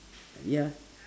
ya